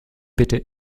bitte